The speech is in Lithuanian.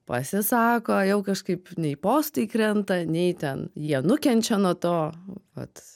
pasisako jau kažkaip nei postai krenta nei ten jie nukenčia nuo to vat